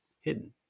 hidden